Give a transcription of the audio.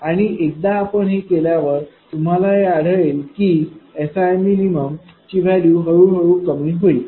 आणि एकदा आपण हे केल्यावर तुम्हाला हे आढळेल की ही SImin ची व्हॅल्यू ही हळूहळू कमी होईल